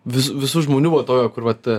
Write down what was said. vis visų žmonių va tokio kur vat